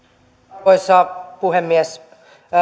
arvoisa puhemies